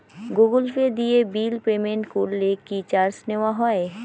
Google Pay দিয়ে bill payment করলে কি চার্জ নেওয়া হয়?